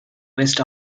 west